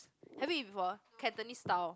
have you eat before Cantonese style